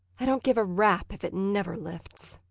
i don't give a rap if it never lifts!